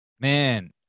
Man